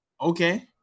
Okay